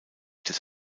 des